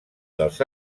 dels